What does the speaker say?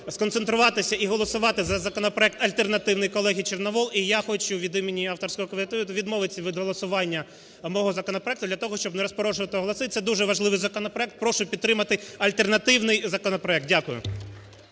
сконцентруватися і голосувати за законопроект альтернативний колеги Чорновол. І я хочу від імені авторського колективу відмовитися від голосування мого законопроекту для того, щоб не розпорошувати голоси. Це дуже важливий законопроект. Прошу підтримати альтернативний законопроект. Дякую.